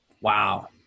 Wow